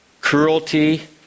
cruelty